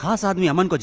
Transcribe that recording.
ah sanjana, but